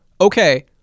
okay